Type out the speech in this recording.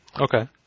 Okay